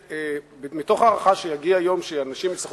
מתוך הערכה שיגיע יום שאנשים יצטרכו